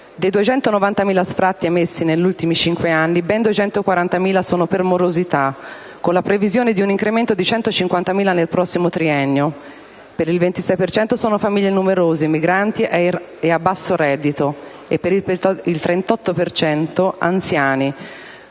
Dei 290.000 sfratti emessi negli ultimi cinque anni, ben 240.000 sono per morosità, con la previsione di un incremento di 150.000 nel prossimo triennio; per il 26 per cento sono famiglie numerose, migranti e a basso reddito, e per il 38 per